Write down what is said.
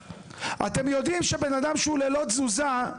אתם יודעים שבן אדם שהוא ללא תזוזה,